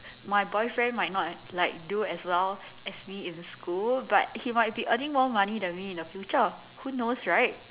my boyfriend might not like do as well as me in school but he might be earning more money than me in the future who knows right